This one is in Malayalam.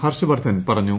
ഹർഷവർദ്ധൻ പറഞ്ഞു